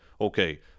okay